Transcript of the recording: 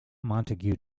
montague